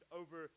over